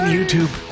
YouTube